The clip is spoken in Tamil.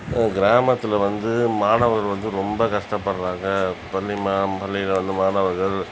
எங்கள் கிராமத்தில் வந்து மாணவர் வந்து ரொம்ப கஷ்டப்படுகிறாங்க பள்ளி பள்ளியில் வந்து மாணவர்கள்